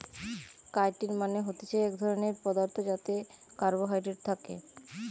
chitin মানে হতিছে এক ধরণের পদার্থ যাতে কার্বোহাইড্রেট থাকে